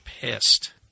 pissed